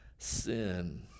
Sin